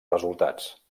resultats